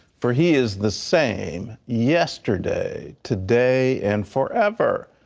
for he is the same yesterday today and forever.